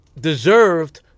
deserved